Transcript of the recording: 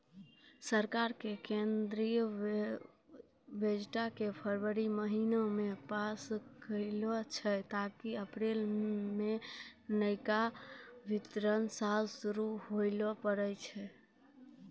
सरकार केंद्रीय बजटो के फरवरी महीना मे पेश करै छै ताकि अप्रैल मे नयका वित्तीय साल शुरू हुये पाड़ै